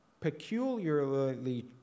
peculiarly